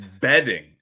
Bedding